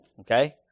okay